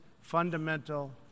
fundamental